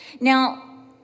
Now